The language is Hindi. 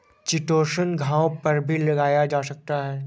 चिटोसन घावों पर भी लगाया जा सकता है